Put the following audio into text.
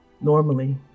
Normally